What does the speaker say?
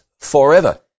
forever